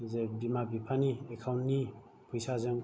जे बिमा बिफानि एकाउनट नि फैसाजों